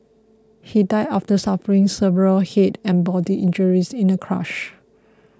he died after suffering severe head and body injuries in a crash